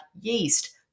yeast